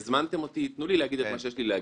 הזמנתם אותי, תנו לי להגיד את מה שיש לי להגיד.